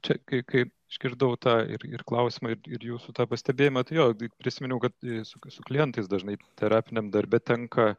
čia tai kai išgirdau tą ir ir klausimą ir ir jūsų pastebėjimą tai jo prisiminiau kad su su klientais dažnai terapiniam darbe tenka